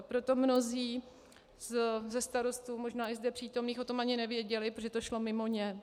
Proto mnozí ze starostů, možná i zde přítomných, o tom ani nevěděli, protože to šlo mimo ně.